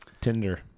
Tinder